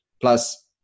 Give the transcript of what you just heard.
plus